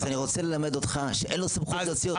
אז אני רוצה ללמד אותך שאין לו סמכות להוציא אותך.